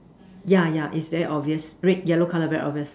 yeah yeah is very obvious red yellow colour very obvious